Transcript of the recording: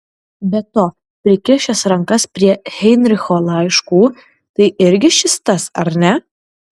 be to prikišęs rankas prie heinricho laiškų tai irgi šis tas ar ne